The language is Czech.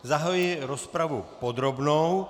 Zahajuji rozpravu podrobnou.